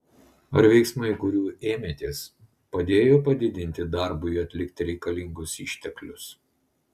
ar veiksmai kurių ėmėtės padėjo padidinti darbui atlikti reikalingus išteklius